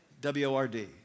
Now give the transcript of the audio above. W-O-R-D